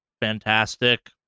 fantastic